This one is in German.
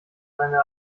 seine